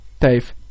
Dave